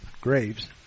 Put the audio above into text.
Graves